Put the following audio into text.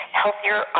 healthier